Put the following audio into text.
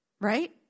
right